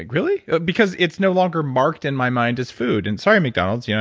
ah really? because, it's no longer marked in my mind as food, and sorry mcdonald's, you know